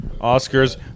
oscars